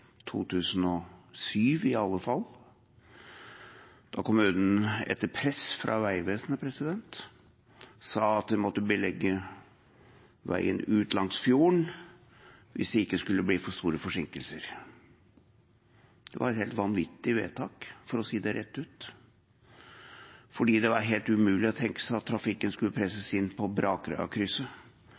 2007, da kommunen etter press fra Vegvesenet sa at de måtte legge veien ute langs fjorden hvis det ikke skulle bli for store forsinkelser. Det var et helt vanvittig vedtak, for å si det rett ut. Det er helt umulig å tenke seg at trafikken skulle presses inn på